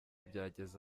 byageze